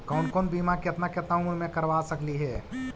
कौन कौन बिमा केतना केतना उम्र मे करबा सकली हे?